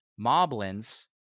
moblins